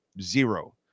Zero